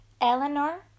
Eleanor